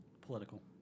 Political